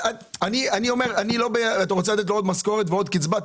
אתה רוצה לתת לו עוד משכורת ועוד קצבה?